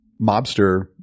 mobster